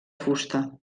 fusta